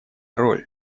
роль